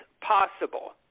possible